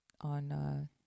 on